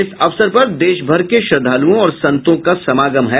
इस अवसर पर देशभर के श्रद्धालुओं और संतों का समागम हुआ है